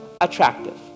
attractive